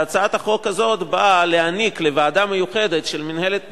והצעת החוק הזאת באה להעניק לוועדה מיוחדת של מינהלת "תנופה"